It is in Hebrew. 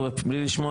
הוא מקבל